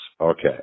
Okay